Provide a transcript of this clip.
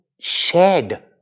shared